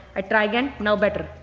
i try again, now better.